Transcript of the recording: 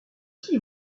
qu’y